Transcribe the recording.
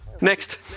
next